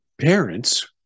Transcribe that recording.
parents